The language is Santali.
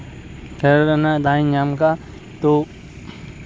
ᱠᱷᱮᱞ ᱨᱮᱱᱟᱜ ᱫᱟᱣᱤᱧ ᱧᱟᱢ ᱟᱠᱟᱰᱟ ᱛᱳ